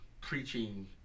preaching